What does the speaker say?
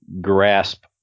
grasp